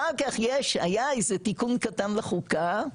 אחר כך יש היה איזה תיקון קטן לחוקה,